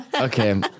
Okay